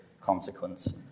consequence